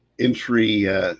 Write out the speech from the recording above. entry